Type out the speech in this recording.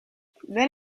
then